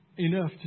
enough